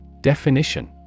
Definition